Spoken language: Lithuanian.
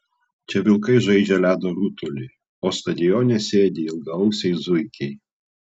čia vilkai žaidžia ledo ritulį o stadione sėdi ilgaausiai zuikiai